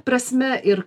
prasme ir